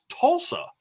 Tulsa